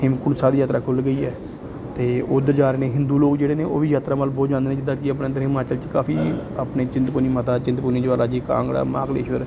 ਹੇਮਕੁੰਟ ਸਾਹਿਬ ਦੀ ਯਾਤਰਾ ਖੁੱਲ੍ਹ ਗਈ ਹੈ ਅਤੇ ਉੱਧਰ ਜਾ ਰਹੇ ਨੇ ਹਿੰਦੂ ਲੋਕ ਜਿਹੜੇ ਨੇ ਉਹ ਵੀ ਯਾਤਰਾ ਵੱਲ ਪਹੁੰਚ ਜਾਂਦੇ ਨੇ ਜਿੱਦਾਂ ਕਿ ਆਪਣਾ ਇੱਧਰ ਹਿਮਾਚਲ 'ਚ ਕਾਫੀ ਆਪਣੇ ਚਿੰਤਪੁਰਨੀ ਮਾਤਾ ਚਿੰਤਪੁਰਨੀ ਜਵਾਲਾ ਜੀ ਕਾਂਗੜਾ ਮਹਾਬਲੇਸ਼ਵਰ